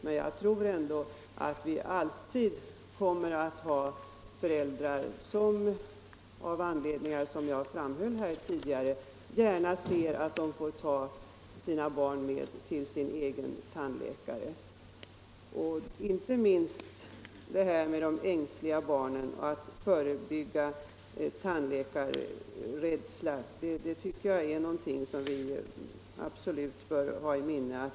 Men jag tror ändå att vi alltid kommer att ha föräldrar, som av anledningar som jag tidigare framhöll, gärna ser att de får ta med sina barn till sin egen tandläkare. Och just detta att förebygga barnens ängslan tycker jag är någonting som vi måste ha i minne.